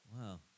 Wow